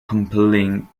compelling